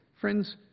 Friends